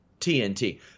TNT